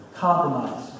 Compromise